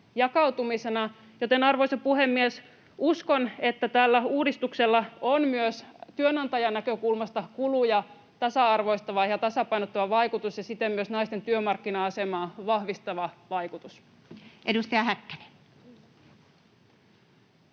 jakautumisena. Joten, arvoisa puhemies, uskon, että tällä uudistuksella on myös työnantajan näkökulmasta kuluja tasa-arvoistava ja tasapainottava vaikutus ja siten myös naisten työmarkkina-asemaa vahvistava vaikutus. Edustaja Häkkänen.